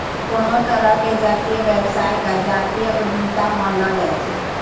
कोनो तरहो के जातीय व्यवसाय के जातीय उद्यमिता मानलो जाय छै